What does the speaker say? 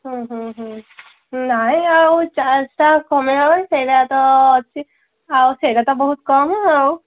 ହୁଁ ହୁଁ ହୁଁ ନାଇଁ ଆଉ ଚାରିଶହ କମେଇ ହେବନି ସେଇରା ତ ଅଛି ଆଉ ସେଇରା ତ ବହୁତ କମ ଆଉ